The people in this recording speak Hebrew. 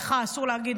לך אסור להגיד,